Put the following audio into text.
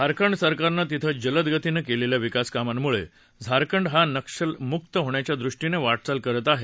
झारखंड सरकारनं तिथं जलदगतीनं केलेल्या विकासकामांमुळे झारखंड हा नक्षलमुक होण्याच्या दृष्टीनं वाटचाल करत आहे